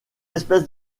espèces